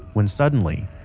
when suddenly,